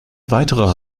weiterer